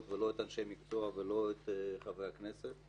ולא את אנשי המקצוע ולא את חברי הכנסת,